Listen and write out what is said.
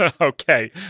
Okay